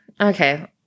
Okay